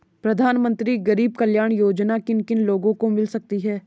प्रधानमंत्री गरीब कल्याण योजना किन किन लोगों को मिल सकती है?